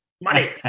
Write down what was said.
money